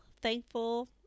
thankful